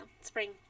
spring